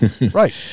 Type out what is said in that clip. right